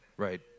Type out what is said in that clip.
Right